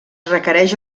requereix